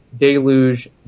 Deluge